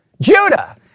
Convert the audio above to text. Judah